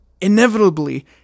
inevitably